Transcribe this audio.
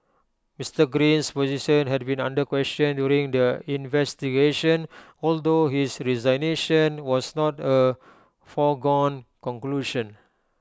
Mr Green's position had been under question during the investigation although his resignation was not A foregone conclusion